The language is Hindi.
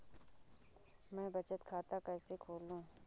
मैं बचत खाता कैसे खोलूँ?